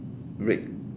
red